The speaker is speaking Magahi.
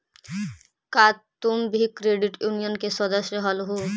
का तुम भी क्रेडिट यूनियन के सदस्य हलहुं?